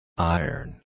Iron